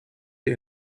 die